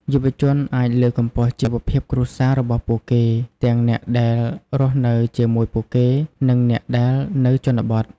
យុវជនអាចលើកកម្ពស់ជីវភាពគ្រួសាររបស់ពួកគេ ទាំងអ្នកដែលរស់នៅជាមួយពួកគេ និងអ្នកដែលនៅជនបទ។